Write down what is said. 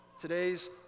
Today's